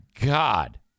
God